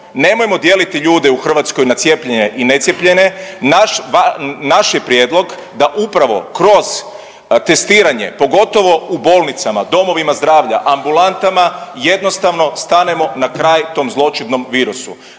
nemojmo dijeliti ljude u Hrvatskoj na cijepljene i necijepljene. Naš je prijedlog da upravo kroz testiranje pogotovo u bolnicama, domovima zdravlja, ambulantama jednostavno stanemo na kraj tom zloćudnom virusu.